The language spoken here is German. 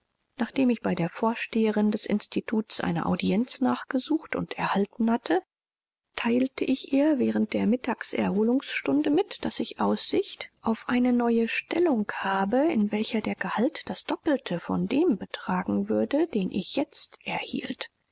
nachdem ich bei der vorsteherin des instituts eine audienz nachgesucht und erhalten hatte teilte ich ihr während der mittags erholungsstunde mit daß ich aussicht auf eine neue stellung habe in welcher der gehalt das doppelte von dem betragen würde den ich jetzt erhielt